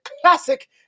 classic